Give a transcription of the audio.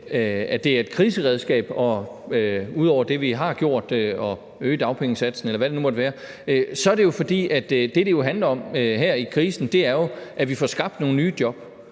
at det er et kriseredskab ud over det, vi har gjort, altså at øge dagpengesatsen, eller hvad det nu måtte være, er det jo, fordi det, det handler om her i krisen, er, at vi får skabt nogle nye job.